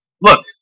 Look